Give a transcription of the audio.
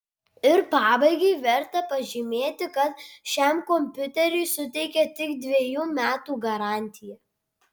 ir pabaigai verta pažymėti kad šiam kompiuteriui suteikia tik dvejų metų garantiją